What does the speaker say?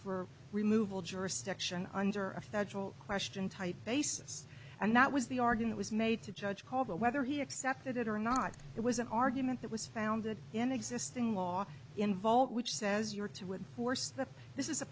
for removal jurisdiction under a federal question type basis and that was the argument was made to judge paul whether he accepted it or not it was an argument that was founded in existing law involved which says you are to enforce that this is a